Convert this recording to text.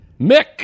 Mick